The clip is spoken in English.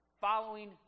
following